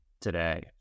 today